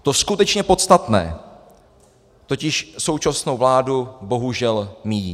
To skutečně podstatné totiž současnou vládu bohužel míjí.